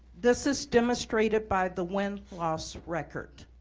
this is demonstrated by the win-loss record.